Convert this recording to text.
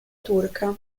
turca